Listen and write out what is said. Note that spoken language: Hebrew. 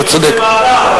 אתה צודק.